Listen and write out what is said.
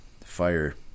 fire